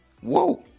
whoa